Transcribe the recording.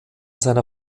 seiner